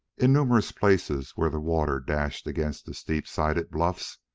in numerous places, where the water dashed against the steep-sided bluffs,